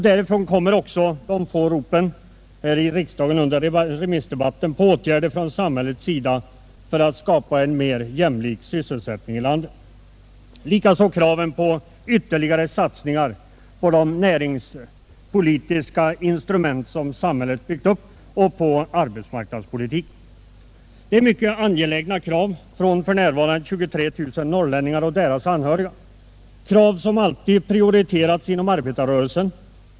Därifrån kommer också de få ropen här i riksdagen under remissdebatten på åtgärder från samhällets sida för att skapa jämlikhet i fråga om sysselsättningen olika landsdelar emellan, likaså kraven på ytterligare satsningar på de näringspolitiska instrument som samhället byggt upp och kraven på arbetsmarknadspolitiska åtgärder. Detta är mycket angelägna krav från f.n. 23 000 norrlänningar och deras anhöriga, krav som alltid prioriterats inom arbetarrörelsen.